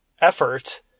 effort